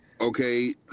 Okay